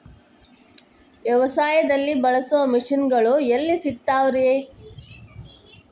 ವ್ಯವಸಾಯದಲ್ಲಿ ಬಳಸೋ ಮಿಷನ್ ಗಳು ಎಲ್ಲಿ ಸಿಗ್ತಾವ್ ರೇ?